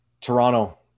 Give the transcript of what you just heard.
Toronto